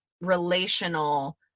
relational